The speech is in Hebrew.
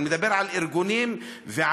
אני מדבר על ארגונים ועל